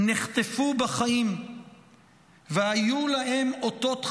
נחטפו בחיים והיו מהם אותות חיים,